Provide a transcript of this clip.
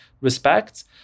respects